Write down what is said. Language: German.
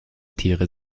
tiere